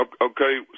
okay